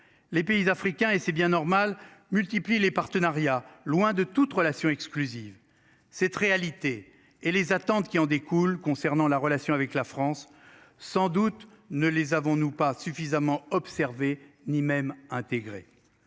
les pays africains et c'est bien normal multiplie les partenariats, loin de toute relation exclusive cette réalité et les attentes qui en découlent concernant la relation avec la France. Sans doute ne les avons-nous pas suffisamment observé ni même intégré.